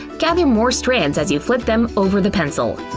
gather more strands as you flip them over the pencil.